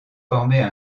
former